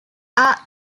are